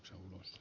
suomi